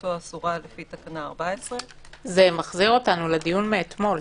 שפעילותו אסורה לפי תקנה 14. זה מחזיר אותנו לדיון מאתמול.